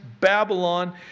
Babylon